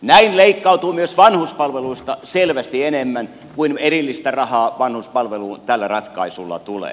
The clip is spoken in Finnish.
näin leikkautuu myös vanhuspalveluista selvästi enem män kuin erillistä rahaa vanhuspalveluun tällä ratkaisulla tulee